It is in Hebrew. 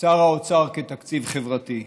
שר האוצר כתקציב חברתי,